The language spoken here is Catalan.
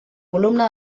columna